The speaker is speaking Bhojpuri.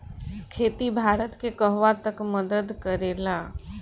खेती भारत के कहवा तक मदत करे ला?